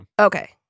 okay